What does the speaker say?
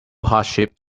hardship